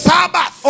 Sabbath